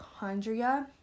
mitochondria